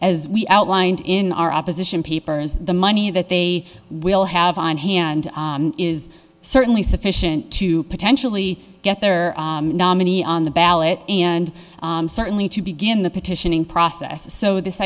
as we outlined in our opposition papers the money that they will have on hand is certainly sufficient to potentially get their nominee on the ballot and certainly to begin the petitioning process so this